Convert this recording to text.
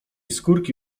skórki